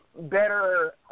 better